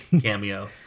cameo